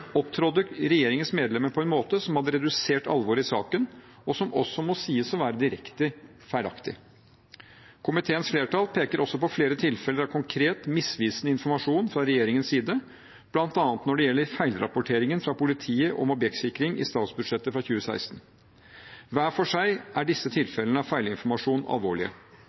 opptrådte regjeringens medlemmer på en måte som reduserte alvoret i saken, og som også må sies å være direkte feilaktig. Komiteens flertall peker også på flere tilfeller av konkret, misvisende informasjon fra regjeringens side, bl.a. når det gjelder feilrapporteringen fra politiet om objektsikring i statsbudsjettet for 2016. Hver for seg er disse tilfellene av feilinformasjon alvorlige.